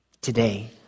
Today